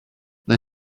they